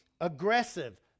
aggressive